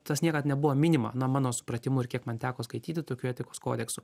tas niekad nebuvo minima na mano supratimu ir kiek man teko skaityti tokių etikos kodeksų